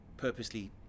purposely